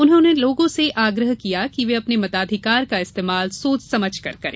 उन्होने लोगों से आग्रह किया कि वे अपने मताधिकार का इस्तेमाल सोच समझकर करें